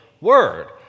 word